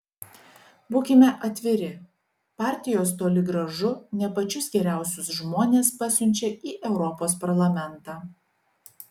būkime atviri partijos toli gražu ne pačius geriausius žmones pasiunčia į europos parlamentą